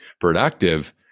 productive